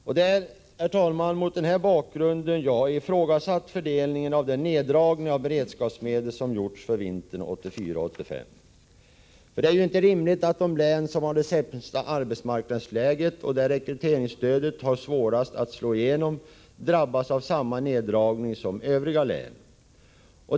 Det är, herr talman, mot den här bakgrunden som jag har ifrågasatt fördelningen av den neddragning av beredskapsmedel som gjorts för vintern 1984-1985. Det är inte rimligt att de län som har det sämsta arbetsmarknadsläget, och där rekryteringsstödet har svårast att slå igenom, drabbas av samma neddragning som övriga län.